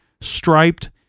striped